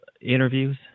interviews